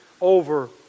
over